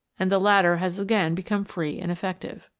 and the latter has again become free and effective.